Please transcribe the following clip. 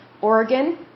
Oregon